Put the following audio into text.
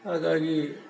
ಹಾಗಾಗಿ